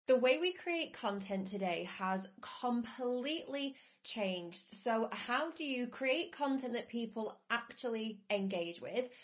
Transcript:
the way we create content today has completely changed. so how do you create content that people actually engage with?